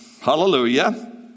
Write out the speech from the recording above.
hallelujah